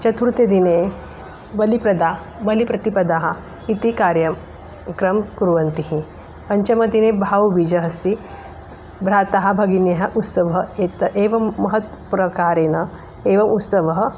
चतुर्थदिने बलिप्रदा बलिप्रतिपदः इति कार्यं क्रमः कुर्वन्तिः पञ्चमदिने भावबीजः अस्ति भ्रातः भगिन्यः उत्सवः एत एवं महत् प्रकारेण एवम् उत्सवः